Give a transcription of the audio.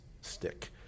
stick